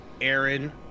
Aaron